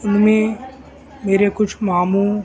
ان میں میرے کچھ ماموں